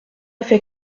fait